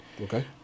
Okay